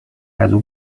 ازاو